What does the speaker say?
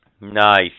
Nice